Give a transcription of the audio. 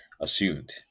assumed